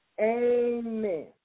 Amen